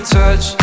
touch